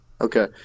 Okay